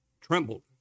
trembled